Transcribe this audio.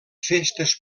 festes